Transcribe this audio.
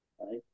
right